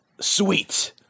sweet